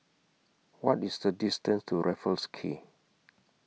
What IS The distance to Raffles Quay